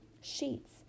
Sheets